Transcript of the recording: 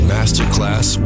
Masterclass